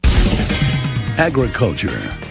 Agriculture